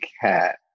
cat